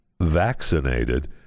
vaccinated